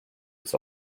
its